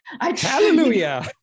Hallelujah